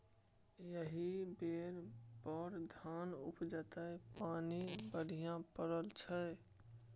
एहि बेर बड़ धान उपजतै पानि बड्ड पड़ल छै